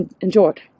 enjoyed